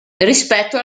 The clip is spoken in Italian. rispetto